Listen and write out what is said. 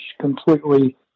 completely